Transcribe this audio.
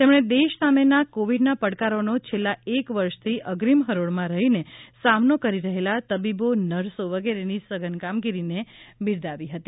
તેમણે દેશ સામેના કોવીડના પડકારનો છેલ્લા એક વર્ષથી અગ્રીમ હરોળમાં રહીને સામનો કરી રહેલા તબીબો નર્સો વગેરેની કામગીરીને બિરદાવી હતી